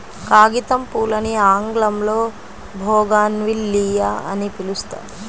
కాగితంపూలని ఆంగ్లంలో బోగాన్విల్లియ అని పిలుస్తారు